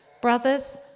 Brothers